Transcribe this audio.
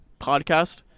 podcast